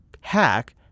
hack